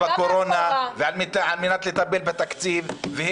בקורונה ועל מנת לטפל בתקציב -- בוא תגיד עכשיו,